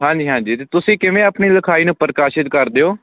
ਹਾਂਜੀ ਹਾਂਜੀ ਅਤੇ ਤੁਸੀਂ ਕਿਵੇਂ ਆਪਣੀ ਲਿਖਾਈ ਨੂੰ ਪ੍ਰਕਾਸ਼ਿਤ ਕਰਦੇ ਹੋ